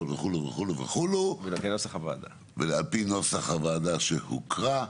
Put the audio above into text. על פי נוסח הוועדה כפי שהוקרא.